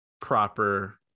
proper